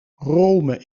rome